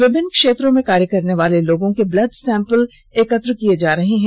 विभिन्न क्षेत्रों में कार्य करने वाले लोगों के ब्लड सैंपल एकत्र किये जा रहे हैं